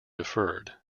deferred